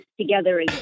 together